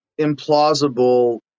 implausible